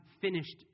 finished